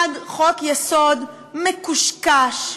אחד, חוק-יסוד מקושקש,